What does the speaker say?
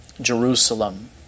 Jerusalem